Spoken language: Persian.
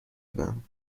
بودم